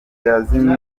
yazimye